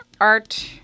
art